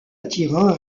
attira